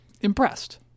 impressed